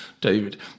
David